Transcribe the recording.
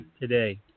today